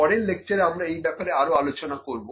পরের লেকচারে আমরা এই ব্যাপারে আরো আলোচনা করবো